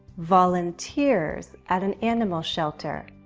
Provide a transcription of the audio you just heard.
volunteers at an animal shelter.